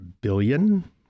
billion